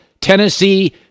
Tennessee